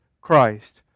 Christ